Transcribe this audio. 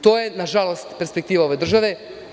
To je, nažalost, perspektiva ove države.